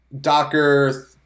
Docker